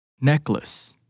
Necklace